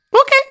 Okay